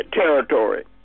territory